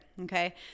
okay